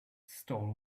stole